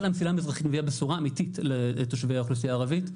אבל המסילה המזרחית מביאה בשורה אמתית לתושבי האוכלוסייה הערבית.